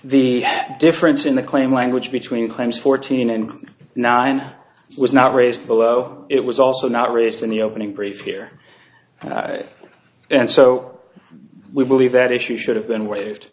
the difference in the claim language between claims fourteen and nine was not raised below it was also not raised in the opening brief here and so we believe that issue should have been waived